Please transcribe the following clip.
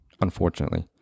unfortunately